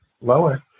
lower